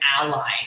ally